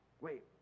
Wait